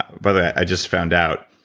but i just found out,